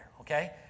Okay